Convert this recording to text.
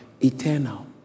eternal